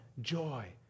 joy